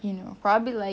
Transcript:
you know probably like